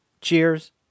Cheers